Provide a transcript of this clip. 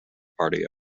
party